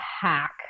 hack